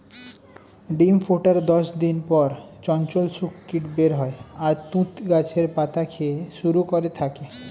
ডিম ফোটার দশ দিন পর চঞ্চল শূককীট বের হয় আর তুঁত গাছের পাতা খেতে শুরু করে থাকে